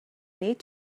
need